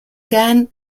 ken